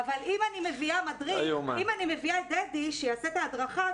אם אני מביאה את דדי שיעשה את ההדרכה,